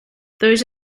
those